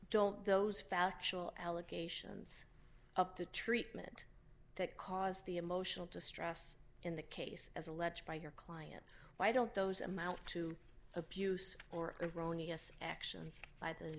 don't those factual allegations up the treatment that caused the emotional distress in that case as alleged by your client why don't those amount to abuse or a growing yes actions i th